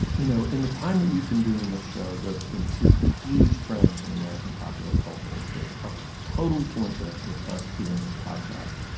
you know in the time that we've been doing this show there have been two huge trends in american popular culture that are totally coincident with us doing this podcast.